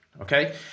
Okay